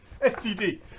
STD